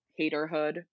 haterhood